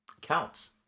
counts